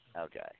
Okay